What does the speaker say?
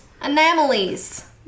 Anomalies